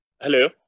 Hello